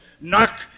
Knock